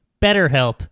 BetterHelp